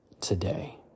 today